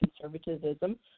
conservatism